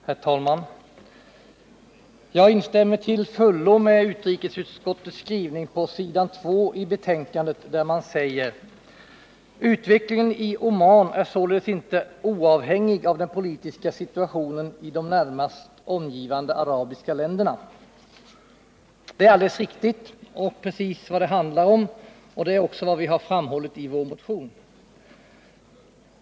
Herr talman! Jag instämmer till fullo i utrikesutskottets skrivning på s. 2 i betänkandet, där man säger: ”Utvecklingen i Oman är således inte oavhängig av den politiska situationen i de närmast omgivande arabiska länderna.” Det är alldeles riktigt och precis vad det hela handlar om. Det är också vad vi har framhållit i vår motion.